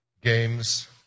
games